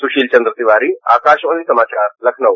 सुशील चंद्र तिवारी आकाशवाणी समाचार लखनऊ